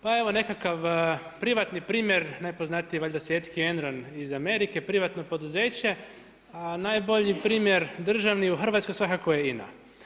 Pa evo nekakav privatni primjer, najpoznatiji valjda svjetski Enron iz Amerike privatno poduzeće, a najbolji primjer državni u Hrvatskoj svakako je INA.